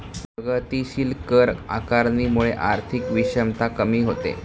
प्रगतीशील कर आकारणीमुळे आर्थिक विषमता कमी होते